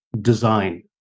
design